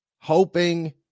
hoping